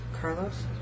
Carlos